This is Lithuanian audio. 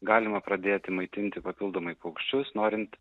galima pradėti maitinti papildomai paukščius norint